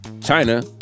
China